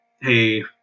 hey